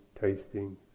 tasting